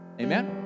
Amen